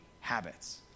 habits